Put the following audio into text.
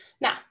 Now